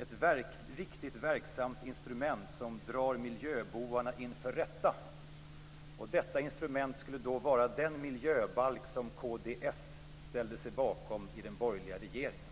ett riktigt verksamt instrument som drar miljöbovarna inför rätta. Detta instrument skulle då vara den miljöbalk som kds ställde sig bakom i den borgerliga regeringen.